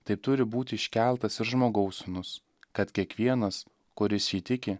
taip turi būti iškeltas ir žmogaus sūnus kad kiekvienas kuris jį tiki